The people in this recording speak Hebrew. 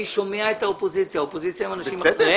אני שומע את האופוזיציה שיושבים בה אנשים אחראיים